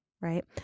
right